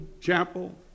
chapel